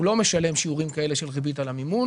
הוא לא משלם שיעורים כאלה של ריבית על המימון